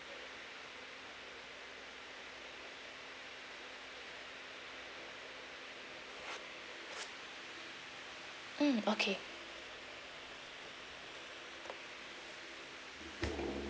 mm okay